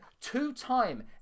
two-time